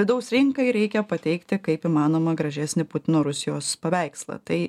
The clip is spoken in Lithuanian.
vidaus rinkai reikia pateikti kaip įmanoma gražesnį putino rusijos paveikslą tai